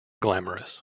glamorous